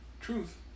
truth